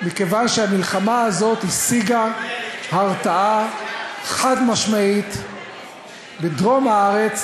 מכיוון שהמלחמה הזאת השיגה הרתעה חד-משמעית בדרום הארץ,